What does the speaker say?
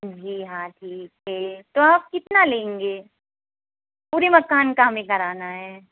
जी हाँ जी जी तो आप कितना लेंगे पूरे मकान का हमें कराना है